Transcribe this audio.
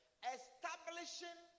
establishing